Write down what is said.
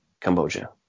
Cambodia